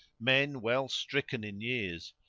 men well stricken in years,